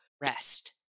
Rest